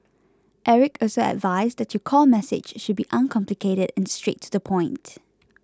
Eric also advised that your core message should be uncomplicated and straight to the point